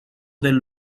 del